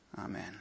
Amen